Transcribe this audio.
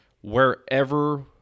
Wherever